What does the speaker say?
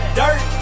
dirt